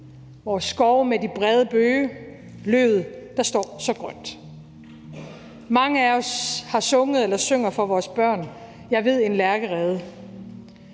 vores skove med de brede bøge, løvet, der står så grønt. Mange af os har sunget eller synger for vores børn »Jeg ved en lærkerede«,